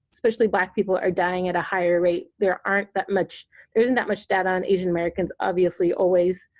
especially black people are dying at a higher rate. there aren't that much there isn't that much data on asian americans obviously, always,